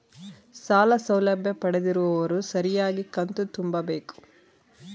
ಸಾಲ ಸೌಲಭ್ಯ ಪಡೆದಿರುವವರು ಸರಿಯಾಗಿ ಕಂತು ತುಂಬಬೇಕು?